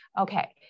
Okay